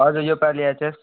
हजुर योपालि एचएस